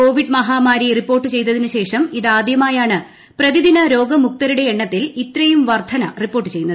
Covid മഹാമാരി report ചെയ്തതിന് ശേഷം ഇത് ആദ്യമായാണ് പ്രതിദിന രോഗമുക്തരുടെ എണ്ണത്തിൽ ഇത്രയും വർദ്ധന റിപ്പോർട്ട് ചെയ്യുന്നത്